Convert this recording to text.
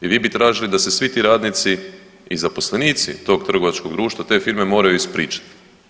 I vi bi tražili da se svi ti radnici i zaposlenici tog trgovačkog društva, te firme moraju ispričati.